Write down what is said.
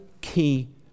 key